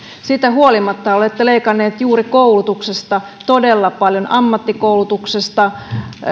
siitä huolimatta olette leikanneet juuri koulutuksesta todella paljon ammattikoulutuksesta